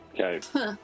Okay